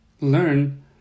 learn